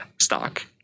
stock